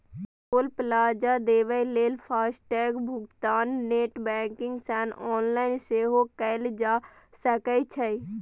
टोल plaza देबय लेल FASTag भुगतान नेट बैंकिंग सं ऑनलाइन सेहो कैल जा सकै छै